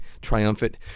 triumphant